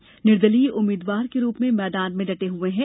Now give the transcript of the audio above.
वे निर्दलीय उम्मीदवार के रूप में मैदान में डटे हुए हैं